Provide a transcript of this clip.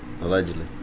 Allegedly